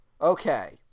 Okay